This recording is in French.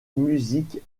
musique